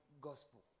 gospel